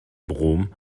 brom